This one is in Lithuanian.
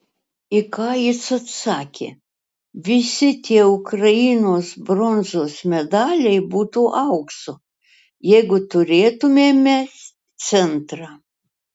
į ką jis atsakė visi tie ukrainos bronzos medaliai būtų aukso jeigu turėtumėme centrą